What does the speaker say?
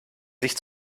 sich